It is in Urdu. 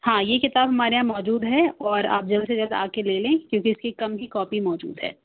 ہاں یہ کتاب ہمارے یہاں موجود ہے اور آپ جلد سے جلد آ کے لے لیں کیونکہ اِس کی کم ہی کاپی موجود ہے